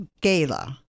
gala